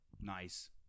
Nice